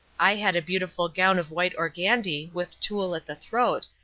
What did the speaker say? i had a beautiful gown of white organdie with tulle at the throat,